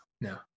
no